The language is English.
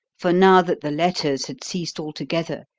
for now that the letters had ceased altogether,